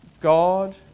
God